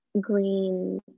green